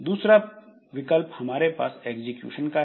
दूसरा विकल्प हमारे पास एग्जीक्यूशन का है